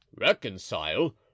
Reconcile